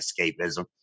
escapism